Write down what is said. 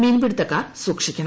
മീൻപിടുത്തക്കാർ സൂക്ഷിക്കണം